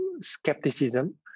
skepticism